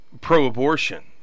pro-abortion